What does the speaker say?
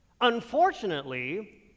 Unfortunately